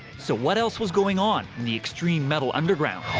so what else was going on in the extreme metal underground?